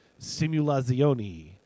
Simulazioni